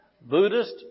Buddhist